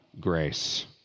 grace